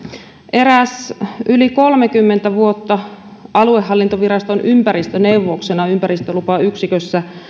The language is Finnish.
eräs yli kolmekymmentä vuotta aluehallintoviraston ympäristöneuvoksena ympäristölupayksikössä